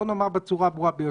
בואו נאמר בצורה הברורה ביותר.